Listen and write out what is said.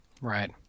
Right